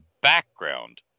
background